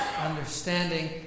understanding